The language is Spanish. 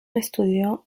estudió